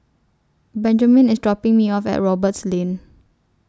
Benjamine IS dropping Me off At Roberts Lane